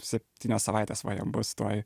septynias savaites va jam bus tuoj